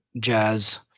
jazz